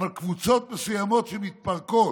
אבל קבוצות מסוימות מתפרקות.